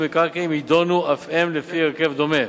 מקרקעין יידונו אף הם לפני הרכב דומה.